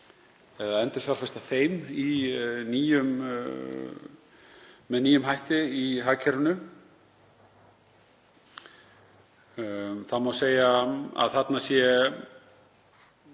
að endurfjárfesta með þeim með nýjum hætti í hagkerfinu. Það má segja að þarna séu,